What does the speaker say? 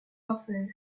offer